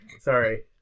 Sorry